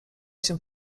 się